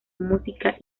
música